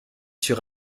sur